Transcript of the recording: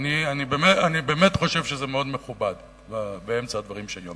אני באמת חושב שזה מאוד מכובד, באמצע הדברים שלי.